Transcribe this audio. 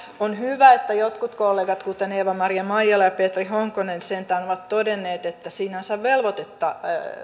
on hyvä että jotkut kollegat kuten eeva maria maijala ja petri honkonen sentään ovat todenneet että sinänsä velvoitetta